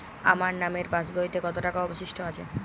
আমার নামের পাসবইতে কত টাকা অবশিষ্ট আছে?